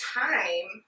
time